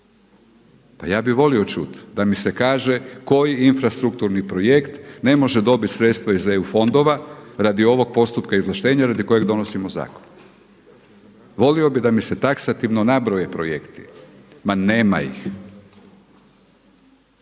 Pa ja bih volio čuti da mi se kaže koji infrastrukturni projekt ne može dobiti sredstva iz EU fondova radi ovog postupka izvlaštenja radi kojeg donosimo zakon. Volio bih da mi se taksativno nabroje projekti. Ma nema ih.